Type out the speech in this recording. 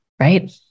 right